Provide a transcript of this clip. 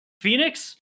Phoenix